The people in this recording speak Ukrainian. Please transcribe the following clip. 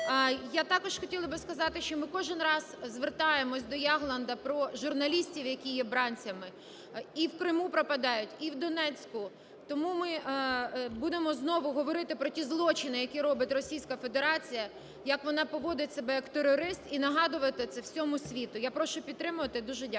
Я також хотіла би сказати, що ми кожен раз звертаємось до Ягланда про журналістів, які є бранцями, і в Криму пропадають, і в Донецьку. Тому ми будемо знову говорити про ті злочини, які робить Російська Федерація, як вона поводить себе як терорист, і нагадувати це все всьому світу. Я дуже прошу підтримати. Дуже дякую.